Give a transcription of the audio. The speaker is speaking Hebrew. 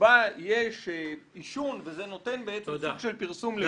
שבה יש עישון וזה נותן בעצם סוג של פרסום --- תודה,